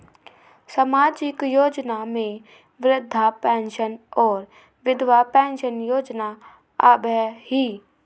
सामाजिक योजना में वृद्धा पेंसन और विधवा पेंसन योजना आबह ई?